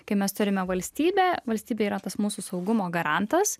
kai mes turime valstybę valstybė yra tas mūsų saugumo garantas